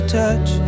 touch